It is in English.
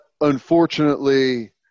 unfortunately